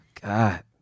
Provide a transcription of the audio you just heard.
God